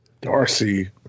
Darcy